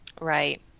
Right